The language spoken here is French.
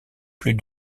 plus